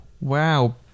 wow